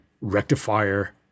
Rectifier